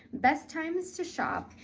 best times to shop,